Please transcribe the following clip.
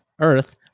earth